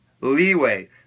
leeway